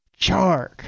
Chark